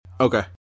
Okay